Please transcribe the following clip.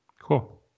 Cool